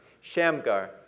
Shamgar